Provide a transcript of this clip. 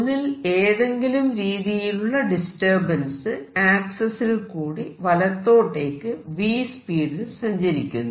ഒന്നിൽ ഏതെങ്കിലും രീതിയിലുള്ള ഡിസ്റ്റർബൻസ് ആക്സിസിൽ കൂടി വലത്തോട്ടേക്കു v സ്പീഡിൽ സഞ്ചരിക്കുന്നു